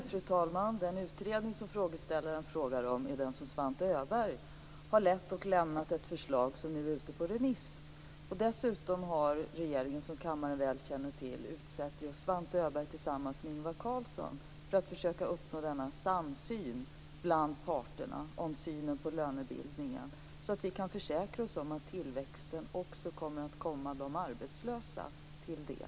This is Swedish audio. Fru talman! Den utredning som frågeställaren frågar om är den som Svante Öberg har lett och lämnat ett förslag om, som nu är ute på remiss. Dessutom har regeringen, som kammaren väl känner till, utsett just Svante Öberg tillsammans med Ingvar Carlsson för att försöka uppnå denna samsyn bland parterna om lönebildningen, så att vi kan försäkra oss om att tillväxten också kommer de arbetslösa till del.